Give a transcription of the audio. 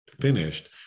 finished